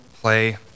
play